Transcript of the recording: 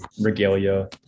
regalia